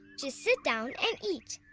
just sit down and eat.